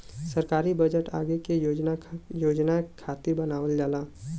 सरकारी बजट आगे के योजना खातिर बनावल जाला